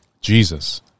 Jesus